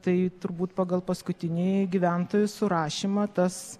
tai turbūt pagal paskutinįjį gyventojų surašymą tas